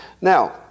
Now